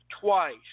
twice